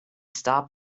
stop